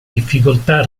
difficoltà